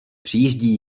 přijíždí